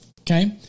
okay